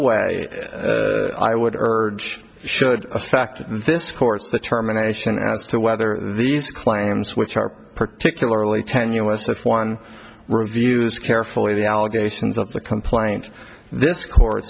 way i would urge should affect this course the terminations as to whether these claims which are particularly tenuous with one reviews carefully the allegations of the complaint this court